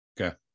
Okay